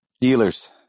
Dealers